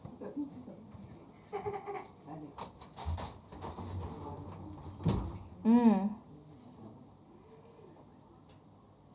mm